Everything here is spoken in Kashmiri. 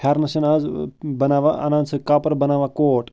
پھٮ۪رنَس چھَنہٕ آز بَناوان اَنان سُہ کَپر بناوان کوٹ